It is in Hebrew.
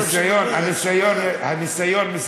בבקשה, תדבר.